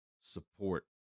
support